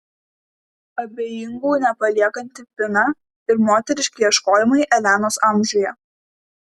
abejingų nepaliekanti pina ir moteriški ieškojimai elenos amžiuje